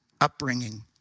upbringing